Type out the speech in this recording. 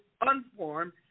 unformed